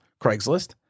Craigslist